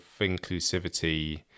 inclusivity